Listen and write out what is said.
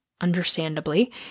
understandably